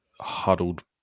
huddled